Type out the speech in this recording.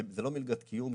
זה לא מלגת קיום.